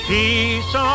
Peace